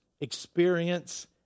experience